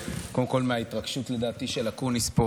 קודם כול נשפכו פה מלא מים מההתרגשות של אקוניס פה,